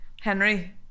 Henry